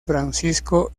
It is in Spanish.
francisco